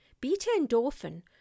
Beta-endorphin